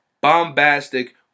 bombastic